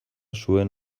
zuen